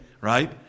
right